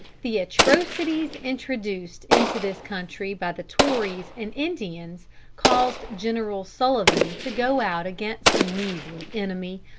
the atrocities introduced into this country by the tories and indians caused general sullivan to go out against the measly enemy,